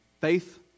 faith